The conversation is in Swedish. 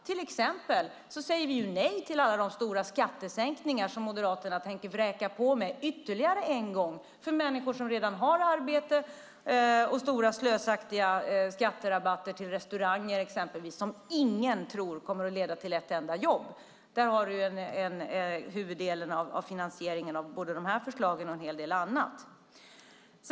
Bland annat säger vi nej till alla de stora skattesänkningar som Moderaterna ytterligare en gång tänker vräka på med - för människor som redan har arbete - liksom stora, slösaktiga skatterabatter exempelvis till restauranger, vilket ingen tror kommer att leda till ett enda jobb. Där har du huvuddelen av finansieringen både av dessa förslag och av en hel del annat.